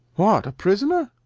what! a prisoner?